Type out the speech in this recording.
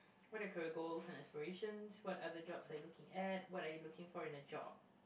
what are your career goals and aspirations what other jobs are you looking at what are you looking for in a job